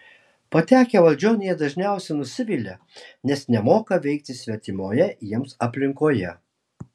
patekę valdžion jie dažniausiai nusivilia nes nemoka veikti svetimoje jiems aplinkoje